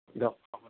দিয়ক